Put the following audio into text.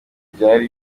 byari